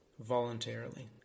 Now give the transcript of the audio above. voluntarily